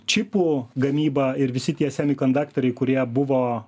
čipų gamyba ir visi tie seni kondakteriai kurie buvo